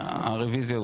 הרוויזיה הוסרה.